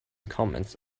commands